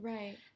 Right